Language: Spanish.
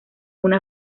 una